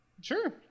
Sure